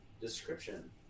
description